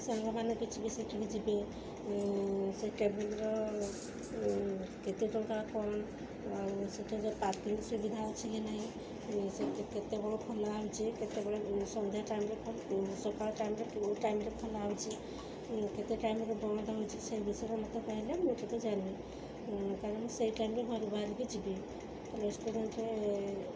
ସାଙ୍ଗମାନେ କିଛି ବି ସେଠିକୁ ଯିବେ ସେ ଟେବୁଲ୍ର କେତେ ଟଙ୍କା କ'ଣ ଆଉ ସେଠାରେ ଯେଉଁ ପାର୍କିଂ ସୁବିଧା ଅଛି କି ନାହିଁ ସେ କେତେବେଳେ ଖୋଲା ହେଉଛି କେତେବେଳେ ସନ୍ଧ୍ୟା ଟାଇମ୍ରେ ସକାଳ ଟାଇମ୍ରେ ଟାଇମ୍ରେ ଖୋଲା ହେଉଛି କେତେ ଟାଇମ୍ରେ ବନ୍ଦ୍ ହେଉଛି ସେଇ ବିଷୟରେ ମୋତେ କହଲେ ମୁଁ ଟିକିଏ ଜାଣିବି କାରଣ ସେହି ଟାଇମ୍ରେ ଘରୁ ବାହାରିକି ଯିବି ରେଷ୍ଟୁରାଣ୍ଟ୍ରେ